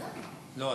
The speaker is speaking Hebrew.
לא.